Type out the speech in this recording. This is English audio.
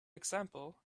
example